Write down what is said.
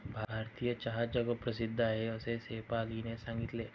भारतीय चहा जगप्रसिद्ध आहे असे शेफालीने सांगितले